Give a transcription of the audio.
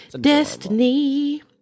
Destiny